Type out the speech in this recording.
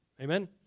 Amen